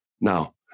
Now